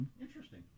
Interesting